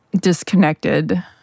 disconnected